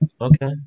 Okay